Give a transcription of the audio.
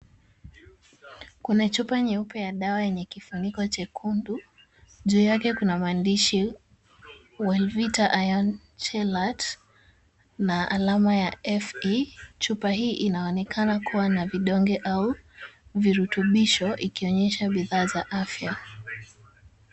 Kuna chupa nyeupe ya dawa yenye kifuniko chekundu. Juu yake kuna maandishi Wellvita Iron Chelate na alama ya Fe .Chupa hii inaonekana kuwa na vidonge au virutubisho ikionyesha bidhaa za afya.